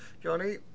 Johnny